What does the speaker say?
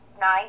Nine